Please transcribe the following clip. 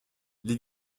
les